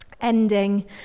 ending